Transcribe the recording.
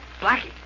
Blackie